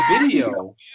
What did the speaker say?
video